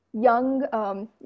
young